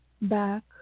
back